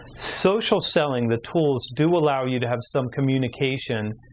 social selling, the tools do allow you to have some communication.